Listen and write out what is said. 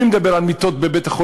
מי מדבר על מיטות בבתי-החולים?